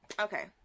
Okay